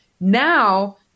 now